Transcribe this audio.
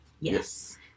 Yes